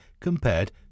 compared